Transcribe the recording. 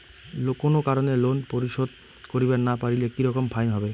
কোনো কারণে লোন পরিশোধ করিবার না পারিলে কি রকম ফাইন হবে?